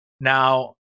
now